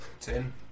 Ten